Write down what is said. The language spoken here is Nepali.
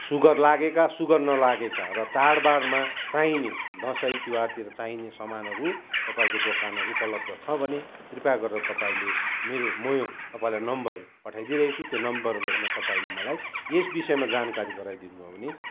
सुगर लागेका सुगर नलागेका र चाडबाडमा चाहिने दसैँ तिहारतिर चाहिने सामानहरू तपाईँको दोकानमा उपलब्ध छ भने कृपया गरेर तपाईँले मेरो म यो तपाईँलाई नम्बर पठाई दिइरहेको छु त्यो नम्बर जग्गामा तपाईँले मलाई यस विषयमा जानकारी गराइदिनु भयो भने